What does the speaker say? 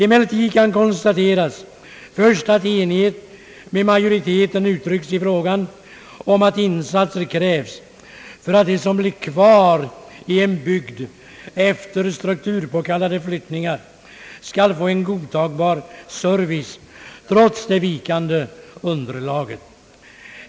Emellertid kan jag först konstatera att enighet med majoriteten har uttryckts i frågan om att insatser krävs för att de, som blir kvar i en bygd efter strukturpåkallade flyttningar, skall få en godtagbar service trots det vikande befolkningsunderlaget.